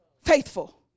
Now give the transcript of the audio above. faithful